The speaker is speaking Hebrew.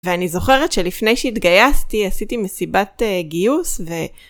ואני זוכרת שלפני שהתגייסתי עשיתי מסיבת גיוס ו...